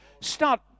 Start